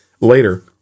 later